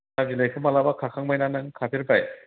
साहा बिलायखौ माब्लाबा खाखांबाय ना नों खाफेरबाय